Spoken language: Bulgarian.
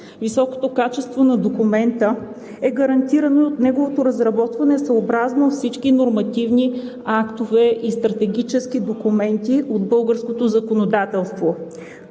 Високото качество на документа е гарантирано от неговото разработване съобразно всички нормативни актове и стратегически документи от българското законодателство,